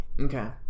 Okay